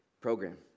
program